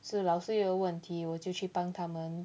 是老师有问题我就去帮他们